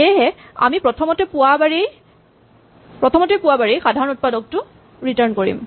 সেয়েহে আমি প্ৰথমতেই পোৱা বাৰেই সাধাৰণ উৎপাদকটো ৰিটাৰ্ন কৰিম